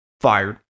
fired